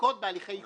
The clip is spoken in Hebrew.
אני